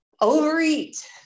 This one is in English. overeat